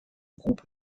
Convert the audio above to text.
groupe